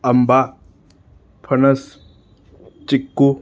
आंबा फणस चिकू